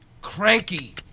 Cranky